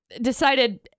decided